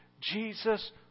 Jesus